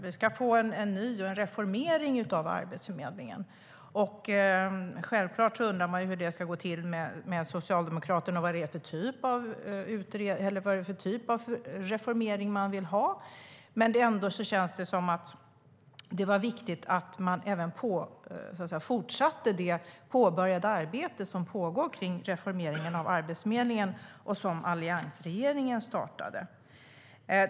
Vi ska få en reformering av Arbetsförmedlingen. Självklart undrar man hur det ska gå till med Socialdemokraterna och vad det är för typ av reformering de vill ha. Men det känns ändå som att det var viktigt att fortsätta med det arbete som pågår kring reformeringen av Arbetsförmedlingen och som alliansregeringen startade.